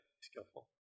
skillful